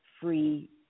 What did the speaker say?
free